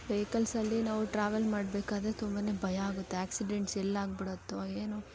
ವೆಹಿಕಲ್ಸಲ್ಲಿ ನಾವು ಟ್ರಾವೆಲ್ ಮಾಡಬೇಕಾದ್ರೆ ತುಂಬ ಭಯ ಆಗುತ್ತೆ ಆ್ಯಕ್ಸಿಡೆಂಟ್ಸ್ ಎಲ್ಲಾಗಿ ಬಿಡುತ್ತೋ ಏನೋ